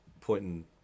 Pointing